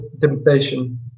temptation